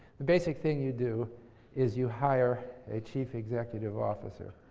the basic thing you do is you hire a chief executive officer.